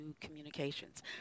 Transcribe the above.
Communications